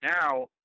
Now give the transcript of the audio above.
Now